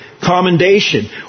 commendation